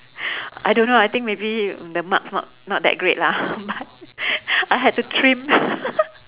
I don't know i think maybe the marks not not that great lah but I had to trim